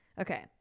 okay